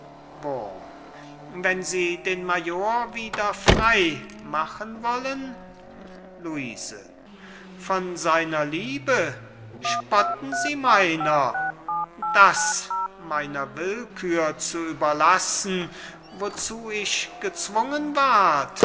wenn sie den major wieder frei machen wollen luise von seiner liebe spotten sie meiner das meiner willkür zu überlassen wozu ich gezwungen ward